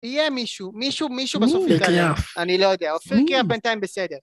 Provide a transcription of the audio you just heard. יהיה מישהו, מישהו, מישהו בסוף יהיה קיים, אני לא יודע, אופקי היה בינתיים בסדר.